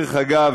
דרך אגב,